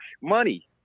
money